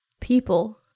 people